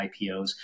ipos